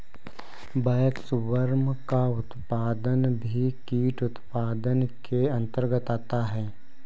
waxworm का उत्पादन भी कीट उत्पादन के अंतर्गत आता है